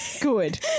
Good